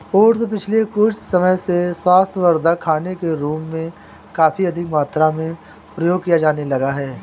oats पिछले कुछ समय से स्वास्थ्यवर्धक खाने के रूप में काफी अधिक मात्रा में प्रयोग किया जाने लगा है